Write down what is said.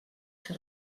que